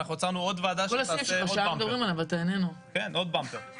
אנחנו יצרנו עוד ועדה שתעשה עוד במפר.